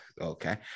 okay